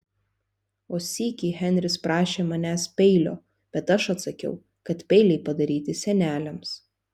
o sykį henris prašė manęs peilio bet aš atsakiau kad peiliai padaryti seneliams